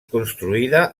construïda